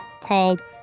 called